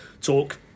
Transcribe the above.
talk